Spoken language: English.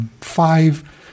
five